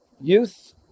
youth